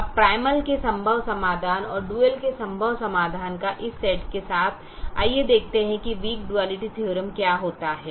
अब प्राइमल के संभव समाधान और डुअल के संभव समाधान का इस सेट के साथ आइए देखते हैं कि वीक डुआलिटी थीयोरम का क्या होता है